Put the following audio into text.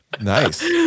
Nice